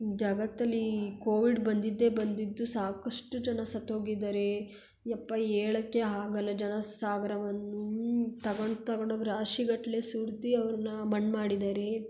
ಜಗತ್ತಲ್ಲಿ ಕೋವಿಡ್ ಬಂದಿದ್ದೇ ಬಂದಿದ್ದು ಸಾಕಷ್ಟು ಜನ ಸತ್ತೋಗಿದ್ದಾರೆ ಯಪ್ಪ ಹೇಳಕ್ಕೆ ಆಗಲ್ಲ ಜನ ಸಾಗರವನ್ನು ತಗಂಡು ತಗಂಡೋಗಿ ರಾಶಿಗಟ್ಟಲೆ ಸುರ್ದು ಅವ್ರನ್ನ ಮಣ್ಣು ಮಾಡಿದಾರೆ